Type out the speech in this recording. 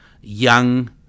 young